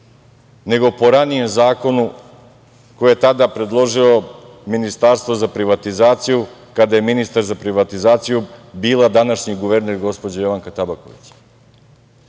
nego po ranijem zakonu koji je tada predložilo Ministarstvo za privatizaciju, kada je ministar za privatizaciju bila današnji guverner gospođa Jorgovanka Tabaković. Od